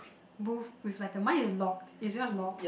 booth with like a mine is locked is yours locked